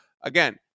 Again